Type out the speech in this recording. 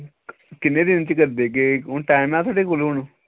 किन्ने दिन च करी देगे हून टैम ऐ थुआढ़े कोल हून